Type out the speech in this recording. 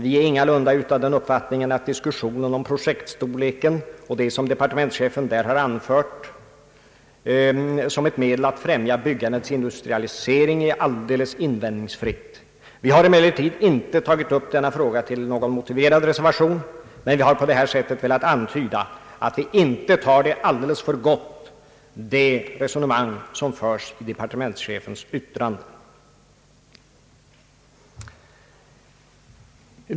Vi är ingalunda av den uppfattningen att diskussionen om projektstorleken och det som departementschefen i detta avseende har anfört som ett medel att främja byggandets industrialisering är alldeles invändningsfritt. Vi har inte tagit upp frågan i någon motiverad reservation, men vi har på detta sätt velat antyda att vi inte tar det resonemang som departementschefen för i sitt yttrande alldeles för gott.